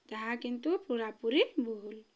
ତାହା କିନ୍ତୁ ପୁରାପୁରି ଭୁଲ୍